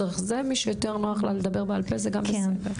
מי שיותר נוח לה לדבר בעל פה זה גם בסדר.